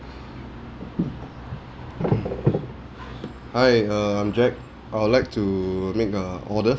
hi err I'm jack I would like to make a order